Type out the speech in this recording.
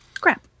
crap